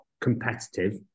competitive